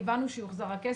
כיוונו שיוחזר הכסף,